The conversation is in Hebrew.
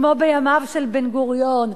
כמו בימיו של בן-גוריון,